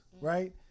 right